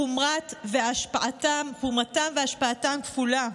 חומרתן והשפעתן כפולה.